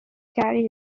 carry